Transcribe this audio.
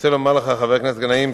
חבר הכנסת גנאים,